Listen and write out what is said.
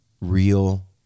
real